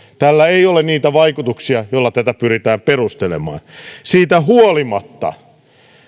tällä ei ole niitä vaikutuksia joilla tätä pyritään perustelemaan siitä huolimatta